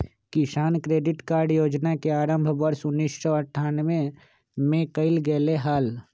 किसान credit card योजना के आरंभ वर्ष उन्नीसौ अठ्ठान्नबे में कइल गैले हल